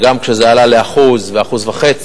וגם כשזה עלה ל-1% ול-1.5%,